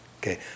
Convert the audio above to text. Okay